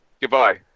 Goodbye